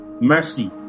Mercy